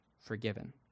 forgiven